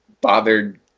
bothered